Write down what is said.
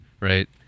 Right